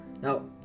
Now